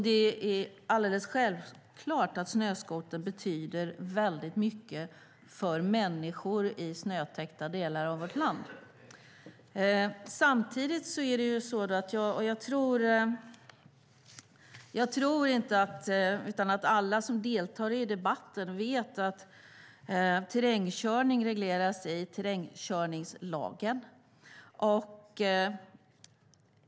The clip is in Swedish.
Det är självklart att snöskotern betyder väldigt mycket för människor i snötäckta delar av vårt land. Jag tror inte att alla som deltar i debatten vet att terrängkörning regleras i terrängkörningslagen.